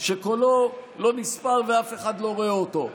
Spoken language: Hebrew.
שקולו לא נספר ואף אחד לא רואה אותו.